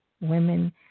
women